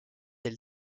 elle